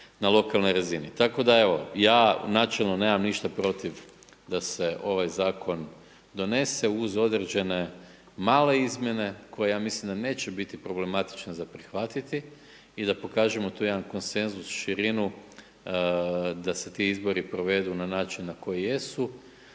na lokalnoj razini. Tako da, evo, ja, evo načelno nemam ništa protiv da se ovaj zakon donese uz određene male izmjene, koje ja mislim da neće biti problematične za prihvatiti i da pokažemo tu jedan konsenzus, širinu da se ti izbori provedu na način na koji jesu.